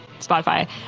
spotify